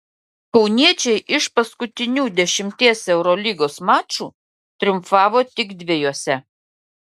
kauniečiai iš paskutinių dešimties eurolygos mačų triumfavo tik dviejuose